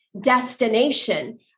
destination